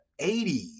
80s